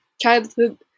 childhood